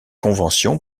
convention